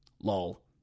Lol